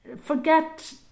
forget